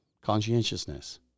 Conscientiousness